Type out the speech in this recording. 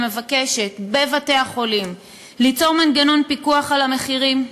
ומבקשת ליצור מנגנון פיקוח על המחירים בבתי-החולים,